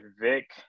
Vic